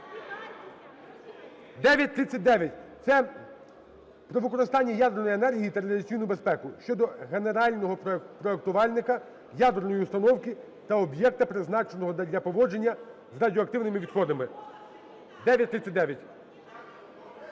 9039 - це "Про використання ядерної енергії та радіаційну безпеку" щодо генерального проектувальника ядерної установки та об'єкта, призначеного для поводження з радіоактивними відходами, 9039.